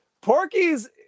Porky's